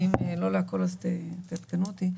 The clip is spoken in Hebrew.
ואם לא רשמתי אז תעדכנו אותי.